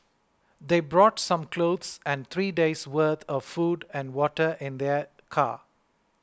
they brought some clothes and three days' worth of food and water in their car